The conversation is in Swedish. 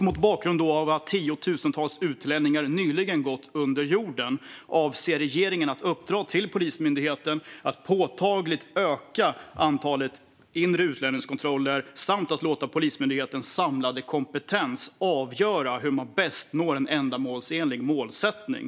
Mot bakgrund av att tiotusentals utlänningar nyligen gått under jorden, avser regeringen att uppdra till Polismyndigheten att påtagligt öka antalet inre utlänningskontroller samt att låta Polismyndighetens samlade kompetens avgöra hur man bäst når en ändamålsenlig målsättning?